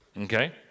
Okay